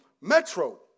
metro